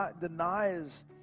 denies